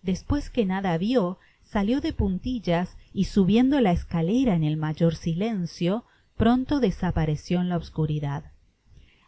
despues que nada vió salió de puntillas y subiendo la escalera en el mayor silencio pronto desapareció en la obscuridad